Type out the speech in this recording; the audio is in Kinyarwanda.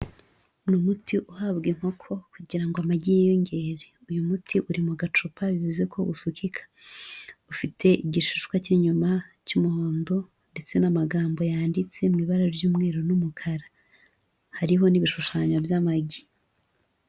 Ni umuti uhabwa inkoko kugira ngo amagi yiyongere, uyu muti uri mu gacupa, bivuze ko usukika, ufite igishishwa cy'inyuma cy'umuhondo, ndetse n'amagambo yanditse mu ibara ry'umweru, n'umukara, hariho n'ibishushanyo by'amagi.